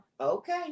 Okay